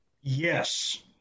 Yes